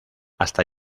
hasta